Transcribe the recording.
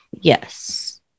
Yes